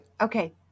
Okay